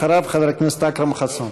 אחריו, חבר הכנסת אכרם חסון.